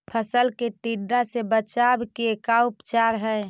फ़सल के टिड्डा से बचाव के का उपचार है?